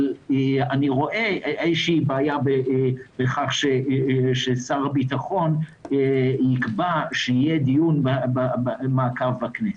אבל אני רואה איזו בעיה בכך ששר הביטחון יקבע שיהיה דיון מעקב בכנסת.